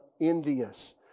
envious